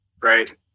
right